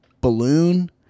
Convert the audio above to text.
balloon